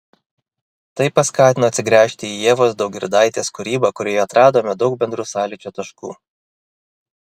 tai paskatino atsigręžti į ievos daugirdaitės kūrybą kurioje atradome daug bendrų sąlyčio taškų